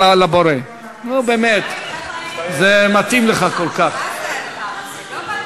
זה לא פלא,